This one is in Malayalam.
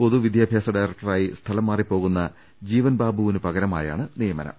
പൊതു വിദ്യാഭ്യാസ ഡയറക്ടറായി സ്ഥലം മാറിപ്പോവുന്ന ജീവൻ ബാബു വിന് പകരമാണ് നിയമനം